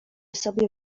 sobie